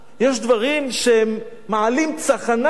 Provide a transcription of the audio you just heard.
יש דברים שהם מעלים צחנה.